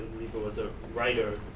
but was a writer,